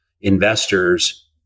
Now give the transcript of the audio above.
investors